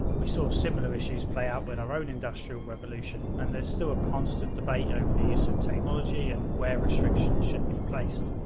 we saw similar issues play out in our own industrial revolution, and there's still a constant debate over the use of technology and where restrictions should be placed.